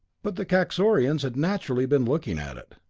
but the kaxorians had naturally been looking at it.